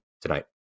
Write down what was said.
tonight